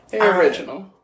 Original